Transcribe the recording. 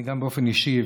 אני גם באופן אישי,